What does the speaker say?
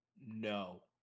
no